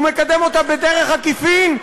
הוא מקדם אותה בדרך עקיפין,